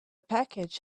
package